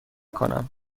کنم